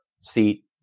seat